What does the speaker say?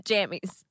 Jammies